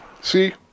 See